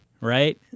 right